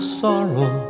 sorrow